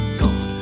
god